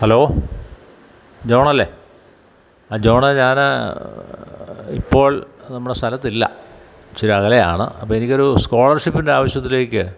hello John അല്ലേ ജോണെ ഞാനാണ് ഇപ്പോള് നമ്മള് സ്ഥലത്തില്ല ഇച്ചിര അകലെയാണ് അപ്പോള് എനിക്കൊരു സ്കോളര്ഷിപ്പിന്റെ ആവശ്യത്തിലേക്ക്